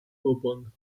open